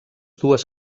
dues